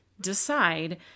decide